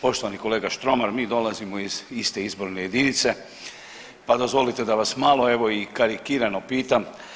Poštovani kolega Štromar mi dolazimo iz iste izborne jedinice, pa dozvolite da vas malo evo i karikirano pitam.